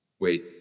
Wait